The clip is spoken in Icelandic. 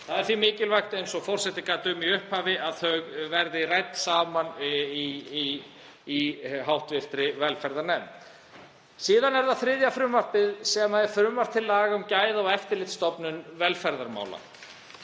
Það er því mikilvægt, eins og forseti gat um í upphafi, að þau verði rædd saman í hv. velferðarnefnd. Síðan er það þriðja frumvarpið sem er frumvarp til laga um Gæða- og eftirlitsstofnun velferðarmála.